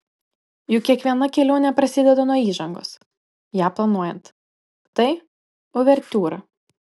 juk kiekviena kelionė prasideda nuo įžangos ją planuojant tai uvertiūra